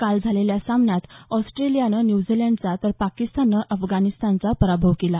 काल झालेल्या सामन्यात ऑस्ट्रेलियानं न्यूझीलंडचा तर पाकिस्ताननं अफगाणिस्तानचा पराभव केला